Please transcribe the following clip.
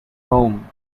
rome